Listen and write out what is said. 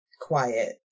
quiet